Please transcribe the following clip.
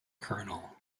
colonel